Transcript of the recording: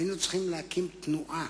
היינו צריכים להקים תנועה,